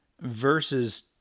Versus